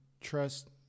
trust